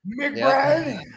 McBride